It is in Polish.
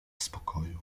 spokoju